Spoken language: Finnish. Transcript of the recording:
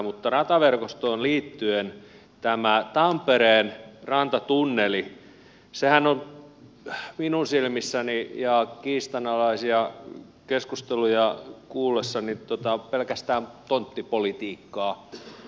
mutta rataverkostoon liittyen tämä tampereen rantatunnelihan on minun silmissäni kiistanalaisia keskusteluja kuultuani pelkästään tonttipolitiikkaa